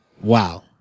Wow